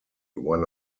one